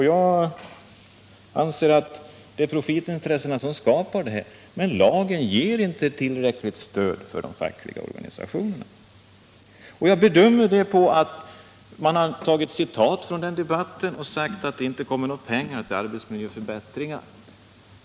Jag anser att det är profitintressena som skapar den här situationen men att lagen inte ger tillräckligt stöd åt de fackliga organisationerna. Jag säger det därför att man tagit fram citat från debatten när lagen antogs och menat att det inte blir några pengar till arbetsmiljöförbättringar.